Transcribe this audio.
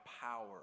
power